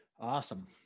Awesome